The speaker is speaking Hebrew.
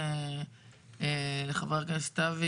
מי אישר אותם?